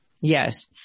Yes